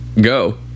go